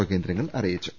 O കേന്ദ്രങ്ങൾ അറിയിച്ചു